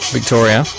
Victoria